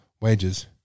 wages